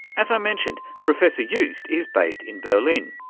as i mentioned, professor joost is based in berlin.